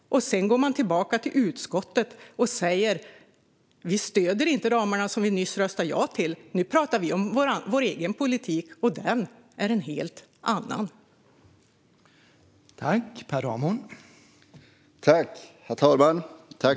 Nu har de kommit tillbaka till utskottet och sagt att de inte stöder de ramar som de nyss har röstat ja till. Nu vill de tala om sin egen politik i stället, och den är en helt annan politik.